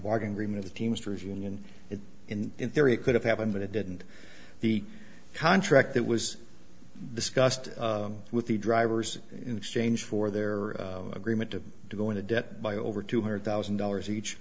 bargain dream of the teamsters union if in theory it could have happened but it didn't the contract that was discussed with the drivers in exchange for their agreement to go into debt by over two hundred thousand dollars each